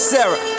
Sarah